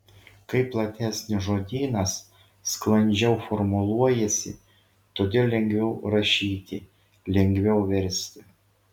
kai platesnis žodynas sklandžiau formuluojasi todėl lengviau rašyti lengviau versti